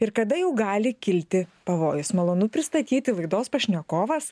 ir kada jau gali kilti pavojus malonu pristatyti laidos pašnekovas